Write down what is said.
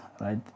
right